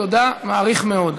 תודה, מעריך מאוד.